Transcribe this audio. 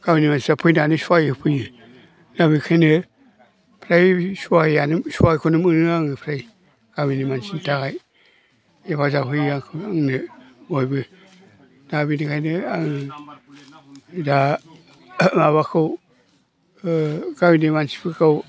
गामिनि मानसिफ्रा फैनानै सहाय होफैयो दा बेखायनो फ्राय सहायानो सहायखौनो मोनो आङो फ्राय गामिनि मानसिनि थाखाय हेफाजाब होयो आंखौ आंनो बयबो दा बिनिखायनो आं दा माबाखौ गामिनि मानसिफोरखौ